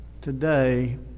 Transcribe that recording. today